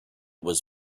was